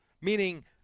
Meaning